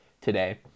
today